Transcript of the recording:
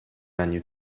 menu